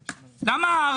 למה זה נמחק?